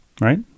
Right